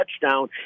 touchdown